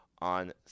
on